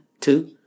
two